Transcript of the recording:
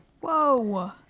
Whoa